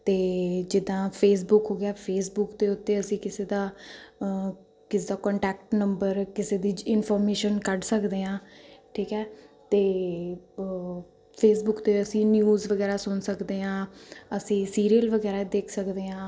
ਅਤੇ ਜਿੱਦਾਂ ਫੇਸਬੁੱਕ ਹੋ ਗਿਆ ਫੇਸਬੁੱਕ ਦੇ ਉੱਤੇ ਅਸੀਂ ਕਿਸੇ ਦਾ ਕਿਸੇ ਦਾ ਕੋਂਟੈਕਟ ਨੰਬਰ ਕਿਸੇ ਦੀ ਇਨਫੋਰਮੇਸ਼ਨ ਕੱਢ ਸਕਦੇ ਹਾਂ ਠੀਕ ਹੈ ਅਤੇ ਫੇਸਬੁਕ 'ਤੇ ਅਸੀਂ ਨਿਊਜ਼ ਵਗੈਰਾ ਸੁਣ ਸਕਦੇ ਹਾਂ ਅਸੀਂ ਸੀਰੀਅਲ ਵਗੈਰਾ ਦੇਖ ਸਕਦੇ ਹਾਂ